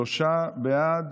שלושה בעד,